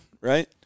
right